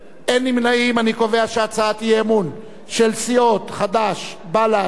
אני קובע שהצעת האי-אמון של סיעות חד"ש בל"ד רע"ם-תע"ל,